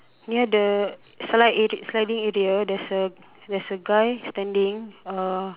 near the slide area sliding area there's a there's a guy standing uh